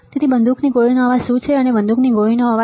તેથી બંદૂકની ગોળીનો અવાજ શું છે તેનું બંદૂકની ગોળીનો અવાજ